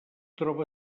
troba